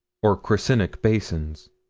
or crescentic basins.